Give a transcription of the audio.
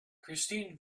christine